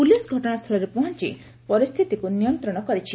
police ଘଟଣାସ୍ଥଳରେ ପହଞ୍ ପରିସ୍ଥିତିକୁ ନିୟନ୍ତ୍ରଣ କରିଛି